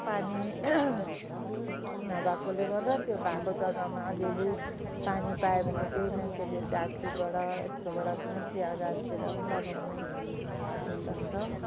पानी नभएकोले गर्दा त्यो भएको जगामा अलि अलि पानी पायो भने त्यही मान्छेले गाग्रीबाट यस्तोबाट पनि चिया गाछतिर लगाउने सिस्टम छ